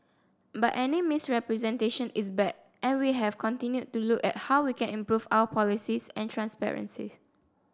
but any misrepresentation is bad and we have continued to look at how we can improve our policies and transparency